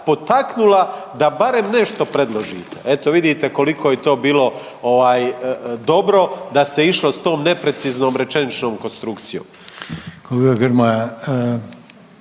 potaknula da barem nešto predložite, eto vidite koliko je to bilo ovaj, dobro da se išlo s tom nepreciznom rečeničnom konstrukcijom.